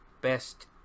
best